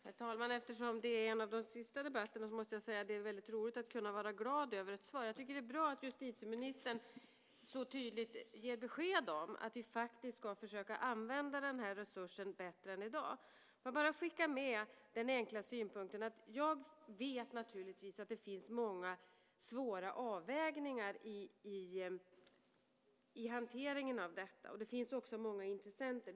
Herr talman! Eftersom det här är en av de sista debatterna är det väldigt roligt att kunna vara glad över ett svar. Det är bra att justitieministern så tydligt ger besked om att vi ska försöka använda den här resursen bättre än i dag. Jag vill bara skicka med den enkla synpunkten att jag naturligtvis vet att det finns många svåra avvägningar i hanteringen av detta. Det finns också många intressenter.